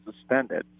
suspended